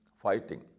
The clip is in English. fighting